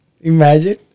Imagine